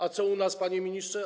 A co u nas, panie ministrze?